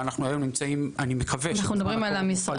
אז אני מקווה שבזמן הקרוב --- אנחנו מדברים על חיפה?